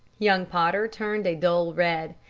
young potter turned a dull red.